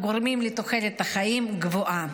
הגורמים לתוחלת חיים גבוהה,